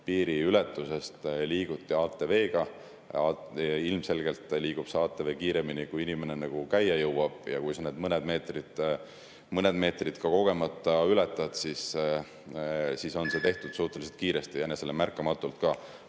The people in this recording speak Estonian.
Piiri ületades liiguti ATV‑ga. Ilmselgelt liigub ATV kiiremini, kui inimene käia jõuab. Kui sa need mõned meetrid ka kogemata ületad, siis on see toimunud suhteliselt kiiresti ja enesele märkamatult.